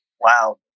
Wow